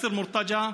יאסר מורתג'א,